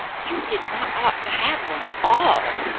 you did not ought to have one at all,